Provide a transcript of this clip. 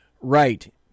right